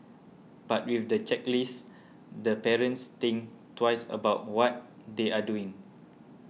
but with the checklist the parents think twice about what they are doing